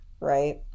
right